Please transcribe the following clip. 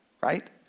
Right